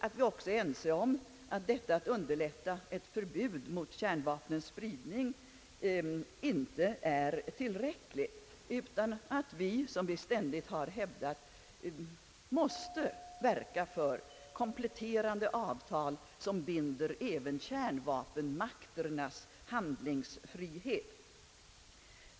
Vi är också ense om att arbetet att underlätta ett förbud mot kärnvapnens spridning inte är tillräck ligt, utan att vi, som vi ständigt har hävdat, måste verka för kompletterande avtal, som binder även kärnvapenmakternas handlingsfrihet.